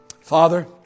Father